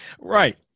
Right